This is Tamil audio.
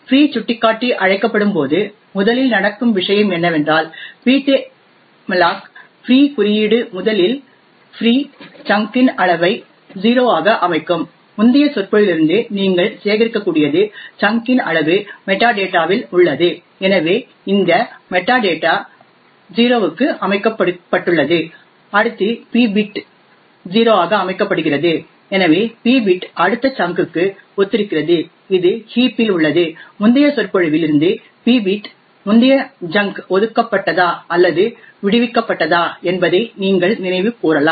எனவே ஃப்ரீ சுட்டிக்காட்டி அழைக்கப்படும் போது முதலில் நடக்கும் விஷயம் என்னவென்றால் ptmalloc ஃப்ரீ குறியீடு முதலில் ஃப்ரீ சங்க் இன் அளவை 0 ஆக அமைக்கும் முந்தைய சொற்பொழிவிலிருந்து நீங்கள் சேகரிக்கக்கூடியது சங்க் இன் அளவு மெட்டாடேட்டாவில் உள்ளது எனவே இந்த மெட்டாடேட்டா 0 க்கு அமைக்கப்பட்டுள்ளது அடுத்து p பிட் 0 ஆக அமைக்கப்படுகிறது எனவே p பிட் அடுத்த சங்க் க்கு ஒத்திருக்கிறது இது ஹீப் இல் உள்ளது முந்தைய சொற்பொழிவில் இருந்து p பிட் முந்தைய ஜங்க் ஒதுக்கப்பட்டதா அல்லது விடுவிக்கப்பட்டதா என்பதை நீங்கள் நினைவு கூரலாம்